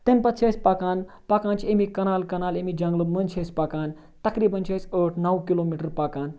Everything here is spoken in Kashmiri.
تَمہِ پَتہٕ چھِ أسۍ پَکان پَکان چھِ ایٚمی کَنال کَنال امی جنٛگلہٕ مٔنٛزۍ چھِ أسۍ پَکان تقریٖبن چھِ اَسہِ ٲٹھ نَو کِلوٗمیٖٹَر پَکان